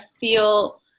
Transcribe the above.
feel